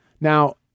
Now